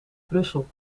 brussel